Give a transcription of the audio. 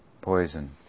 poison